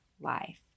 life